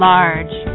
Large